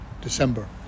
December